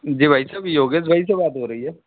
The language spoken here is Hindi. जी भाई साहब योगेश भाई से बात हो रही है